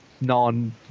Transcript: non